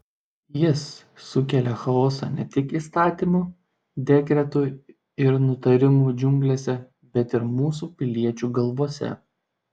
jis sukelia chaosą ne tik įstatymų dekretų ir nutarimų džiunglėse bet ir mūsų piliečių galvose